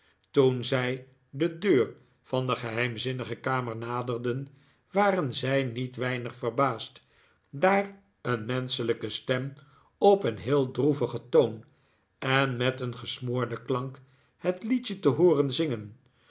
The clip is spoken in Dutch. toen zii de deur van de geheimzinnige kamer naderden waren zij niet weinig verbaasd daar een menschelijke stem op een heel droevigen toon en met een gesmoorden klank het liedje te hooren zingen